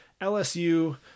LSU